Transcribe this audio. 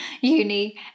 uni